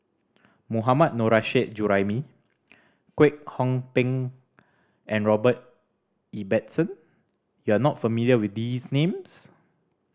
Mohammad Nurrasyid Juraimi Kwek Hong Png and Robert Ibbetson you are not familiar with these names